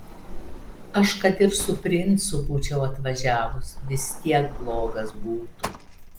aš kad ir su princu būčiau atvažiavus vis tiek blogas būtų